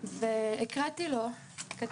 הקראתי לו את